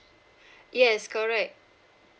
yes correct